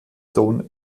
don